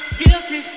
guilty